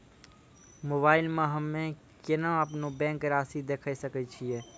Mobile मे हम्मय केना अपनो बैंक रासि देखय सकय छियै?